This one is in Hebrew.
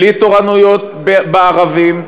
בלי תורנויות בערבים,